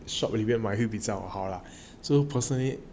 shop 里面买会比较好了 so personally